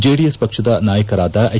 JDS ಪಕ್ಷದ ನಾಯಕರಾದ H